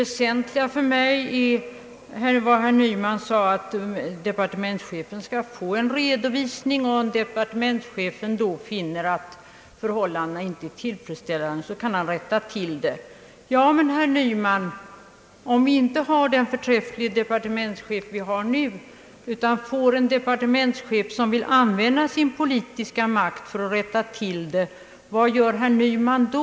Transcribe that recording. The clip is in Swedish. Väsentligt för mig är vad herr Nyman sade om att departementschefen skall få en redovisning och att om departementschefen då finner att förhållandena inte är tillfredsställande, så kan han rätta till det som är felaktigt. Men, herr Nyman, om vi inte har den förträfflige departementschef, som vi nu har, utan får en departementschef som vill använda sin politiska makt när han »rättar till», vad gör herr Nyman då?